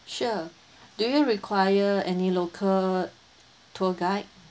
sure do you require any local tour guide